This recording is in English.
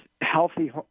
healthy